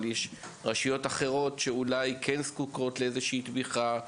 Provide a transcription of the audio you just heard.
אבל יש רשויות אחרות שאולי כן זקוקות לאיזושהי תמיכה,